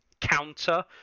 counter